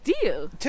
deal